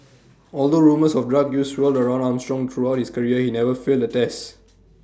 although rumours of drug use swirled around Armstrong throughout his career he never failed A test